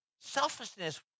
Selfishness